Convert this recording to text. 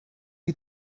you